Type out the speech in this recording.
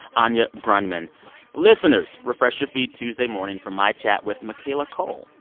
anya grundmann listeners, refresh your feed tuesday morning from my chat with michaela coel.